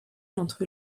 entre